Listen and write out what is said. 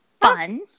fun